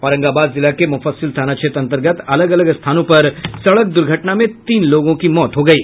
औरंगाबाद जिला के मुफस्सिल थाना क्षेत्र अंतर्गत अलग अलग स्थानों पर सड़क द्र्घटना में तीन लोगों की मौत हो गयी